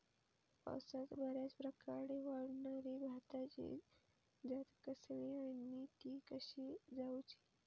पावसात बऱ्याप्रकारे वाढणारी भाताची जात कसली आणि ती कशी लाऊची?